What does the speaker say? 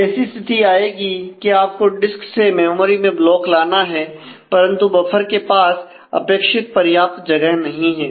तो ऐसी स्थिति आएगी कि आपको डिस्क से मेमोरी में ब्लॉक लाना है परंतु बफर के पास अपेक्षित पर्याप्त जगह नहीं है